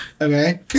okay